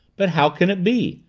but how can it be?